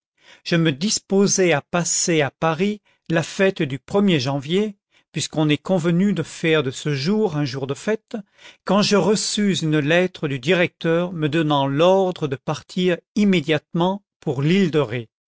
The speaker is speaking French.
je me disposais à passer à paris la fête du er janvier puisqu'on est convenu de faire de ce jour un jour de fête quand je reçus une lettre du directeur me donnant l'ordre de partir immédiatement pour l'île de ré